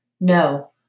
No